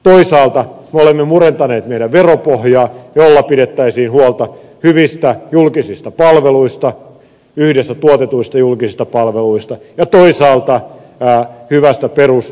toisaalta me olemme murentaneet meidän veropohjaamme jolla pidettäisiin huolta hyvistä julkisista palveluista yhdessä tuotetuista julkisista palveluista ja toisaalta hyvästä perusturvasta